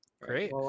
great